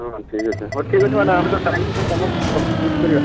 ହଁ ଠିକ୍ ଅଛି ହଉ ଠିକ୍ ଅଛି ମ୍ୟାଡ଼ମ୍ ବସିକି ଡ଼୍ୟୁଟି କରିବା